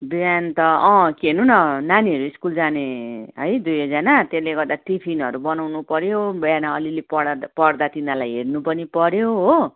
बिहान त अँ के हेर्नु न नानीहरू स्कुल जाने है दुवैजना त्यसले गर्दा टिफिनहरू बनाउनुपर्यो बिहान अलिअलि पढ्दा पढ्दा तिनीहरूलाई हेर्नु पनि पर्यो हो